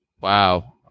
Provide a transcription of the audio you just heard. wow